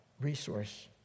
resource